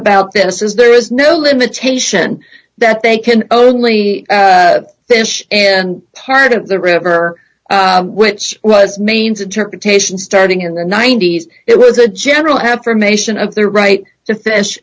about this is there is no limitation that they can only this part of the river which was mains interpretation starting in the ninety's it was a general affirmation of the right to fish